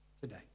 Today